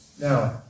Now